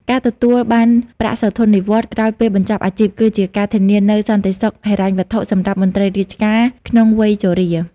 ការទទួលបានប្រាក់សោធននិវត្តន៍ក្រោយពេលបញ្ចប់អាជីព គឺជាការធានានូវសន្តិសុខហិរញ្ញវត្ថុសម្រាប់មន្ត្រីរាជការក្នុងវ័យជរា។